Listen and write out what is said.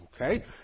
Okay